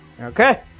Okay